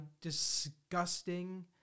disgusting